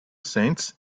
cents